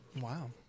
wow